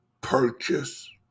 purchase